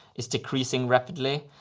is decreasing rapidly.